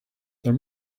there